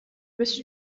best